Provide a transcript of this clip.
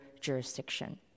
jurisdiction